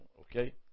okay